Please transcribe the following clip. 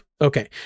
Okay